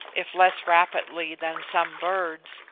if less rapidly than some birds,